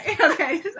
Okay